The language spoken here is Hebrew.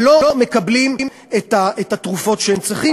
שלא מקבלים את התרופות שהם צריכים,